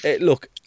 Look